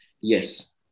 Yes